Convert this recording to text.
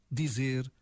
dizer